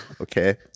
Okay